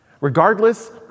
Regardless